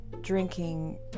drinking